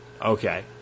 okay